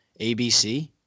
ABC